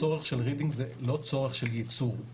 הצורך של רידינג זה לא צורך של ייצור,